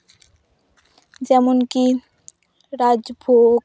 ᱡᱮᱢᱚᱱᱠᱤ ᱨᱟᱡᱽᱵᱷᱳᱜᱽ